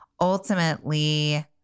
ultimately